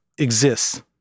exists